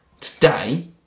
today